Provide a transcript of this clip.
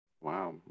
Wow